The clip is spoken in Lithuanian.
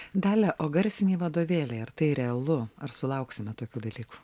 dalia o garsiniai vadovėliai ar tai realu ar sulauksime tokių dalykų